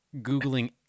Googling